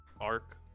arc